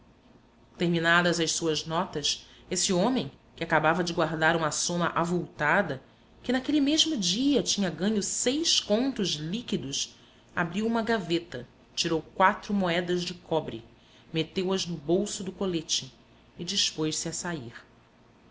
terminadas as suas notas esse homem que acabava de guardar uma soma avultada que naquele mesmo dia tinha ganho líquidos abriu uma gaveta tirou quatro moedas de cobre meteu as no bolso do colete e dispôs-se a sair